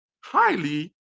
highly